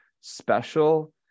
special